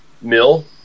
Mill